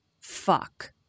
fuck